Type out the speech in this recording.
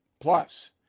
plus